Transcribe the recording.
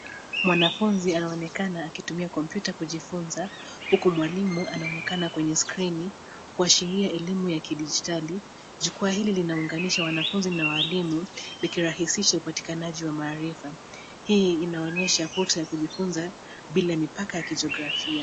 Mwanafunzi anaonekana akitumia kompyuta kujifunza huku mwalimu anaonekana kwenye skirini kwa ashiria elimu ya kidijitali ,jukwaa hili linaunganisha wanafunzi na walimu likirahisisha upatikanaji wa maarifa hii inaonyesha pote ya kujifunza bila mipaka ya kizografia.